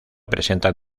presentan